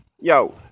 Yo